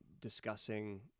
discussing